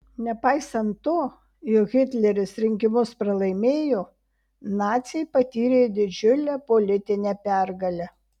nepaisant to jog hitleris rinkimus pralaimėjo naciai patyrė didžiulę politinę pergalę